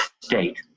state